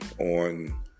on